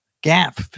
gap